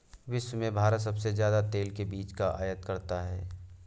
विश्व में भारत सबसे ज्यादा तेल के बीज का आयत करता है